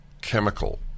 chemical